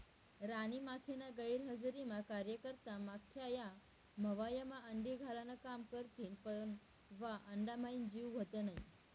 राणी माखीना गैरहजरीमा कार्यकर्ता माख्या या मव्हायमा अंडी घालान काम करथिस पन वा अंडाम्हाईन जीव व्हत नै